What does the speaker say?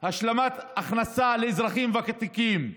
השלמת הכנסה לאזרחים ותיקים,